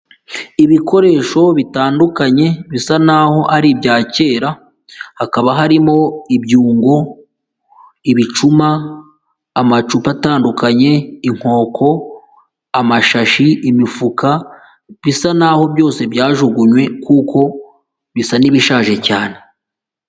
Ibikoresho bitandukanye bisa naho ari ibya kera hakaba harimo; ibyungo, ibicuma, amacupa atandukanye, inkoko amashashi imifuka, bisa nahoho byose byajugunywe kuko bisa n'ibishaje cyane.